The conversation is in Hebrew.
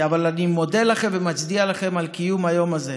אני מודה לכם ומצדיע לכם על קיום היום הזה.